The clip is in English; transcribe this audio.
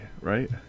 right